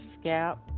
scalp